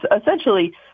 essentially